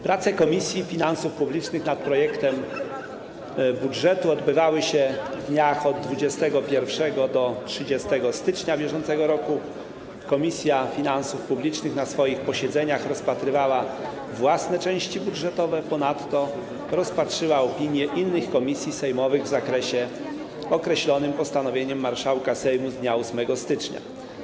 Prace Komisji Finansów Publicznych nad projektem budżetu odbywały się w dniach od 21 do 30 stycznia br. Komisja Finansów Publicznych na swoich posiedzeniach rozpatrywała własne części budżetowe, ponadto rozpatrzyła opinię innych komisji sejmowych w zakresie określonym postanowieniem marszałka Sejmu z dnia 8 stycznia.